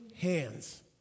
hands